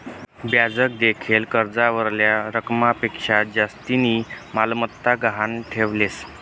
bank देयेल कर्जावरल्या रकमपक्शा जास्तीनी मालमत्ता गहाण ठीलेस